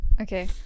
okay